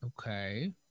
Okay